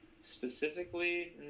specifically